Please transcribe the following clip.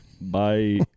Bye